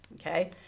okay